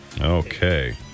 Okay